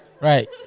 Right